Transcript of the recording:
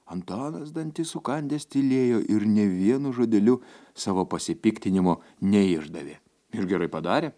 antanas dantis sukandęs tylėjo ir nė vienu žodeliu savo pasipiktinimo neišdavė ir gerai padarė